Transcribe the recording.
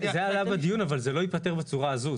זה עלה בדיון, אבל זה לא ייפתר בצורה הזאת.